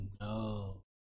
no